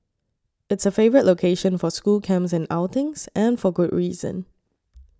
it's a favourite location for school camps and outings and for good reason